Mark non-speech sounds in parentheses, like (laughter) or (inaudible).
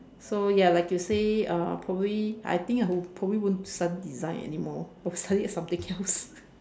so ya like you say uh probably I think I probably won't study design anymore I would study (laughs) something else (laughs)